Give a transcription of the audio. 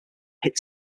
hit